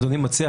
אם אדוני מציע,